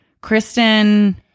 Kristen